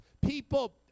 people